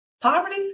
Poverty